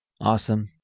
Awesome